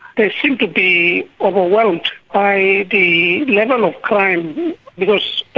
they seem to be overwhelmed by the level of crime because